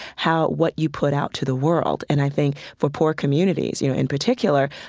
how what you put out to the world. and i think for poor communities, you know, in particular,